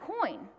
coin